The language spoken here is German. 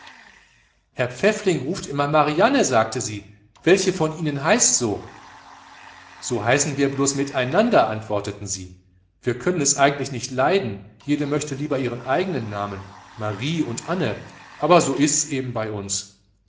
herr pfäffling ruft immer marianne sagte sie welche von ihnen heißt so so heißen wir bloß miteinander antworteten sie wir können es eigentlich nicht leiden jede möchte lieber ihren eigenen namen marie und anne aber so ist's eben bei uns